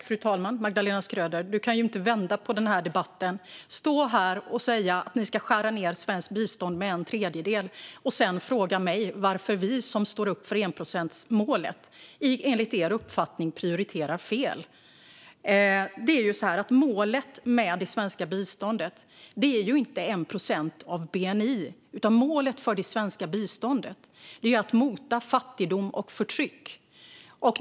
Fru talman! Du kan inte vända på den här debatten, Magdalena Schröder. Du står här och säger att ni ska skära ned svenskt bistånd med en tredjedel och frågar sedan mig varför vi som står upp för enprocentsmålet enligt er uppfattning prioriterar fel. Målet med det svenska biståndet är inte 1 procent av bni. Målet för det svenska biståndet är att mota fattigdom och förtryck.